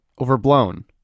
overblown